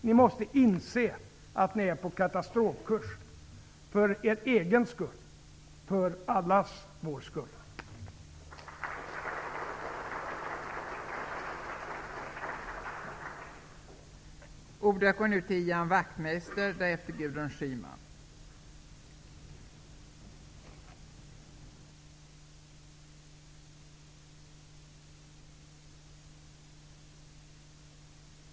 Ni måste för er egen skull och för allas vår skull inse att ni är på katastrofkurs.